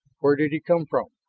where did he come from?